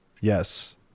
Yes